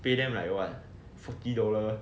pay them like what forty dollar